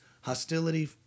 hostility